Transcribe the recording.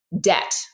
debt